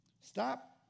Stop